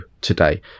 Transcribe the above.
today